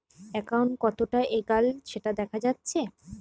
account কতোটা এগাল সেটা দেখা যাচ্ছে